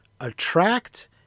attract